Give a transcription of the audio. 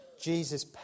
Jesus